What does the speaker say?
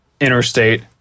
interstate